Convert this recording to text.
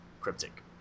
Cryptic